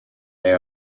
they